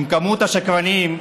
עם כמות השקרנים,